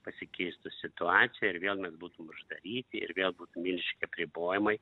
pasikeistų situacija ir vėl mes būtum uždaryti ir vėl būtų milžiniški apribojimai